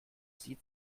sie